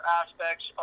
aspects